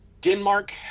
denmark